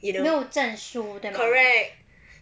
没有证书对吧